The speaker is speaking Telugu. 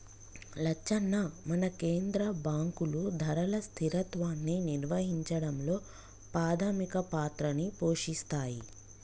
లచ్చన్న మన కేంద్ర బాంకులు ధరల స్థిరత్వాన్ని నిర్వహించడంలో పాధమిక పాత్రని పోషిస్తాయి